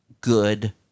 good